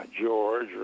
George